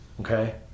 okay